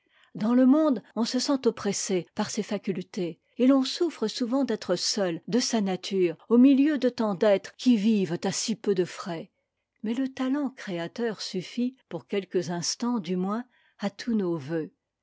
dans le monde on se sent oppressé par ses facultés et t'en souffre souvent d'être seul de sa nature au milieu de tant d'êtres qui vivent à si peu de frais mais le talent créateur suffit pour quelques instants du moins à tous nos vœux